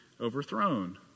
overthrown